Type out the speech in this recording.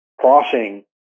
crossing